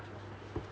ya okay